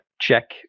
check